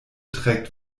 trägt